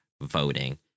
voting